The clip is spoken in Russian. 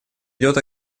идет